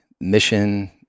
mission